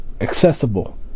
accessible